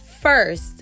first